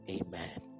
Amen